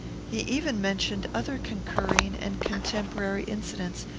he even mentioned other concurring and contemporary incidents,